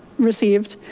received.